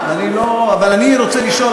אבל אני רוצה לשאול.